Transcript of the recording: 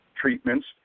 treatments